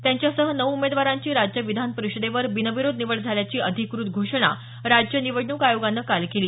त्यांच्यासह नऊ उमेदवारांची राज्य विधानपरीषदेवर बिनविरोध निवड झाल्याची अधिकृत घोषणा राज्य निवडणूक आयोगानं काल केली